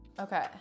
Okay